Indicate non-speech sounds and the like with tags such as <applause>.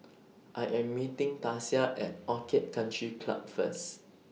<noise> I Am meeting Tasia At Orchid Country Club First